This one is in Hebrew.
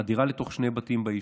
חדירה לתוך שני בתים ביישוב: